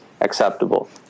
acceptable